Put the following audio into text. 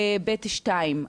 ב/2.